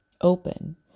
open